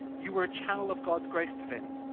you were a channel of god's grace to them.